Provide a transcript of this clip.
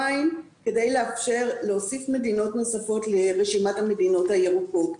כדי להוסיף מדינות נוספות לרשימת המדינות הירוקות.